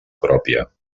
pròpia